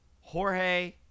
Jorge